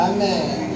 Amen